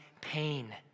pain